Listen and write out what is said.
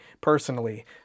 personally